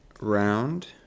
round